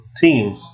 team